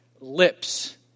lips